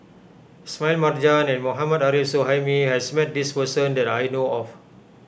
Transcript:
Smail Marjan and Mohammad Arif Suhaimi has met this person that I know of